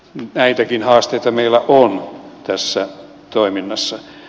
näitäkin haasteita meillä on tässä toiminnassa